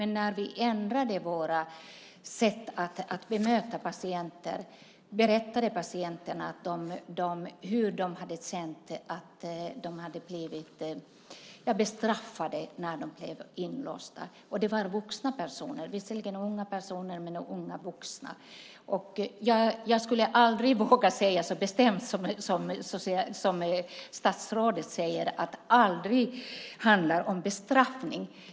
När vi ändrade vårt sätt att bemöta patienter berättade patienterna att de hade känt att de hade blivit bestraffade när de blev inlåsta. Det var vuxna personer, visserligen unga personer men ändå unga vuxna. Jag skulle aldrig våga säga så bestämt som statsrådet att det aldrig handlar om bestraffning.